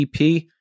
EP